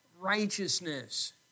righteousness